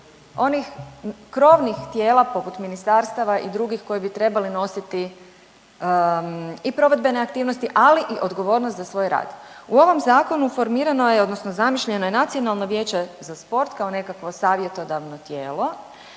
onih krovnih tijela, poput ministarstava i drugih koji bi trebali nositi i provedbene aktivnosti, ali i odgovornost za svoj rad. U ovom Zakonu formirano je odnosno zamišljeno je Nacionalno vijeće za sport kao nekakvo savjetodavno tijelo